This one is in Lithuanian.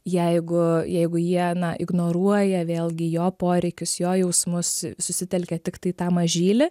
jeigu jeigu jie ignoruoja vėlgi jo poreikius jo jausmus susitelkia tiktai į tą mažylį